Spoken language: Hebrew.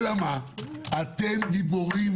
אבל אתם גיבורים